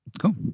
cool